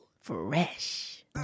Fresh